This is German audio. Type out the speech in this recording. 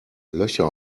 löcher